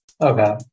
okay